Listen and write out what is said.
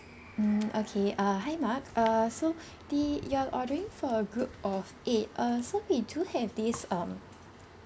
mm okay uh hi mark uh so the you're ordering for a group of eight uh so we do have this um